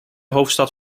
hoofdstad